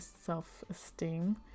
self-esteem